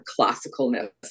classicalness